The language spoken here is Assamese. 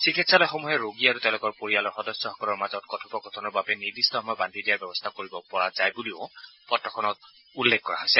চিকিৎসালয়সমূহে ৰোগী আৰু তেওঁলোকৰ পৰিয়ালৰ সদস্যসকলৰ মাজত কথপোকথনৰ বাবে নিৰ্দিষ্ট সময় বান্ধি দিয়াৰ ব্যৱস্থা কৰিব পৰা যায় বুলিও পত্ৰখনত উল্লেখ কৰা হৈছে